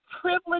privilege